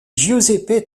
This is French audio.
giuseppe